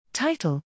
Title